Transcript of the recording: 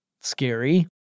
scary